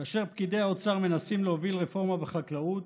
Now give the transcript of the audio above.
כאשר פקידי האוצר מנסים להוביל רפורמה בחקלאות,